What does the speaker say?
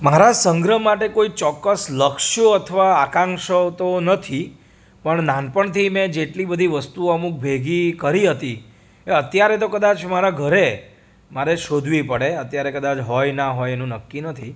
મારા સંગ્રહ માટે કોઈ ચોક્કસ લક્ષ્યો અથવા આકાંક્ષાઓ તો નથી પણ નાનપણથી મેં જેટલી બધી વસ્તુઓ અમુક ભેગી કરી હતી એ અત્યારે તો કદાચ મારા ઘરે મારે શોધવી પડે અત્યારે કદાચ હોય ના હોય એનું નક્કી નથી પણ